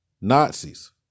Nazis